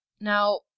Now